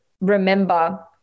remember